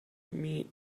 meet